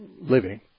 living